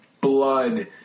blood